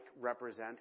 represent